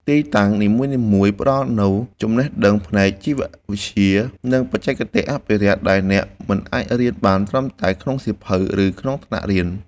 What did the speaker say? ទីតាំងនីមួយៗផ្ដល់នូវចំណេះដឹងផ្នែកជីវវិទ្យា និងបច្ចេកទេសអភិរក្សដែលអ្នកមិនអាចរៀនបានត្រឹមតែក្នុងសៀវភៅ ឬក្នុងថ្នាក់រៀន។